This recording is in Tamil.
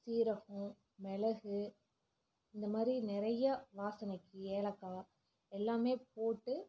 ஜீரகம் மிளகு இந்தமாதிரி நிறைய வாசனைக்கு ஏலக்காய் எல்லாமே போட்டு